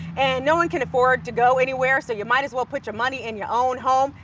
and no one can afford to go anywhere, so you might as well put your money in your own home.